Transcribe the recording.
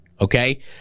okay